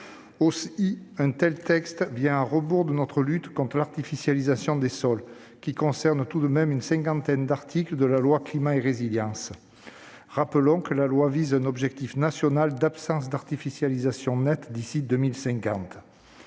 que nous avons prises pour lutter contre l'artificialisation des sols, qui figurent tout de même dans une cinquantaine d'articles de la loi Climat et résilience. Rappelons que la loi a fixé un objectif national d'absence d'artificialisation nette d'ici à 2050.